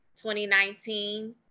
2019